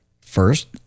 first